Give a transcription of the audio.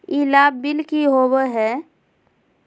ई लाभ बिल की होबो हैं?